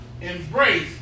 Embrace